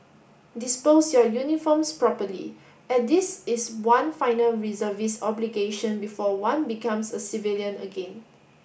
dispose your uniforms properly as this is one final reservist obligation before one becomes a civilian again